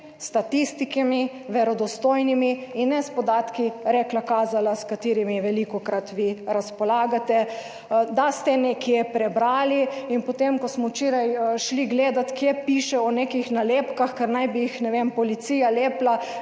statistikami, verodostojnimi in ne s podatki, rekla kazala, s katerimi velikokrat vi razpolagate, da ste nekje prebrali. Potem, ko smo včeraj šli gledati kje piše o nekih nalepkah, ker naj bi jih, ne vem, policija lepila